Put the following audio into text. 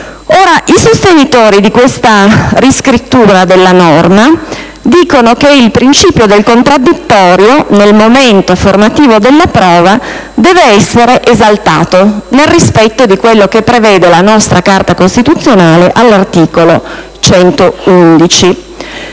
I sostenitori di questa riscrittura della norma dicono che il principio del contraddittorio nel momento formativo della prova deve essere esaltato, nel rispetto di quanto previsto dalla nostra Carta costituzionale all'articolo 111.